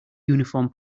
uniform